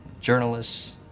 journalists